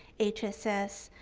hss,